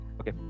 Okay